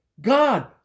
God